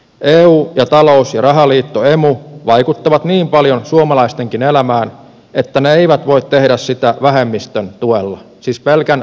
eu ja talous ja rahaliitto emu vaikuttavat niin paljon suomalaistenkin elämään että ne eivät voi tehdä sitä vähemmistön tuella siis pelkän vähemmistön tuella